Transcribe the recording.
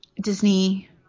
Disney